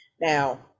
now